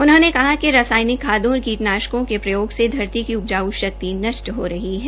उन्होंने कहा कि रासायिनक खादों और कीटनाशकों के प्रयोग से धरती की उपजाऊ शक्ति नष्ट हो रही है